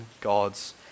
God's